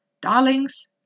Darlings